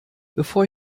bevor